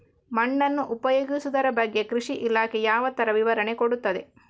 ಮಣ್ಣನ್ನು ಉಪಯೋಗಿಸುದರ ಬಗ್ಗೆ ಕೃಷಿ ಇಲಾಖೆ ಯಾವ ತರ ವಿವರಣೆ ಕೊಡುತ್ತದೆ?